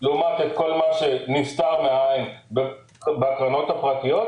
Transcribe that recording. לעומת כל מה שנסתר מהעין בקרנות הפרטיות,